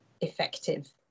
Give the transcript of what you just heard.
effective